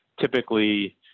typically